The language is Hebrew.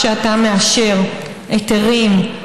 כשאתה מאשר היתרים,